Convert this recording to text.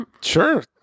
sure